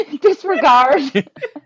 disregard